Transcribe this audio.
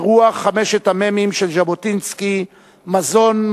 ברוח חמשת המ"מים של ז'בוטינסקי מזון,